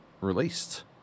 released